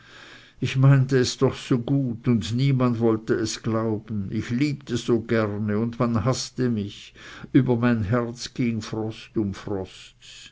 ich meinte es doch so gut und niemand wollte es glauben ich liebte so gerne und man haßte mich über mein herz ging frost um frost